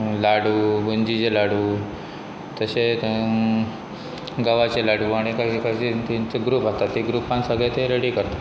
लाडू गंजीचे लाडू तशेंच गवाच लाडू आनीशें कशें तेंचे ग्रूप आता ते ग्रुपान सगळे ते रेडी करता